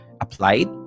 applied